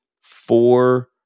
four